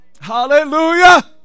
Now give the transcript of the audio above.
Hallelujah